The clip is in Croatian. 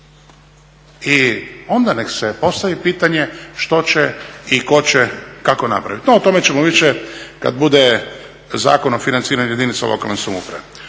I onda nek se postavi pitanje što će i tko će kako napraviti. No o tome ćemo više kad bude Zakon o financiranju jedinica lokalne samouprave.